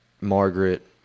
Margaret